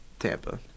Tampa